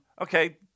Okay